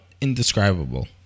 indescribable